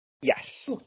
Yes